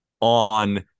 on